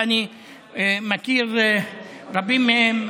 ואני מכיר רבים מהם,